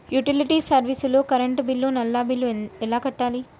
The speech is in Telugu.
యుటిలిటీ సర్వీస్ లో కరెంట్ బిల్లు, నల్లా బిల్లు ఎలా కట్టాలి?